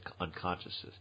unconsciousness